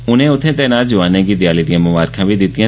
उनें उत्थें तैनात जोआनें गी देआली दिआं ममारखां बी दित्तियां